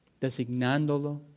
designándolo